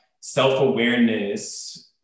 self-awareness